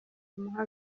amuha